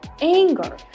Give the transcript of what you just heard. anger